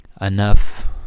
enough